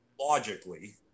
logically